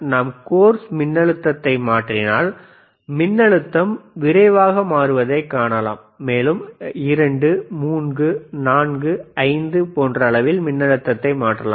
நாம் கோர்ஸ் மின்னழுத்தத்தை மாற்றினால் மின்னழுத்தம் விரைவாக மாறுவதை காணலாம் மேலும் 2 3 4 5 போன்ற அளவில் மின்னழுத்தத்தைப் பெறலாம்